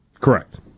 Correct